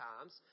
times